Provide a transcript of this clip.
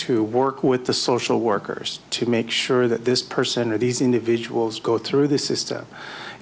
to work with the social workers to make sure that this person or these individuals go through the system